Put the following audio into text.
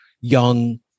young